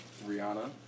Rihanna